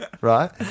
right